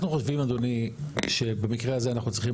אנחנו חושבים אדוני שבמקרה הזה אנחנו צריכים